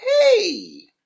Hey